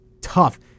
tough